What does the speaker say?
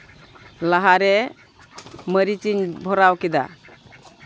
ᱞᱟᱦᱟᱨᱮ ᱢᱟᱹᱨᱤᱪ ᱤᱧ ᱵᱷᱚᱨᱟᱣ ᱠᱮᱫᱟ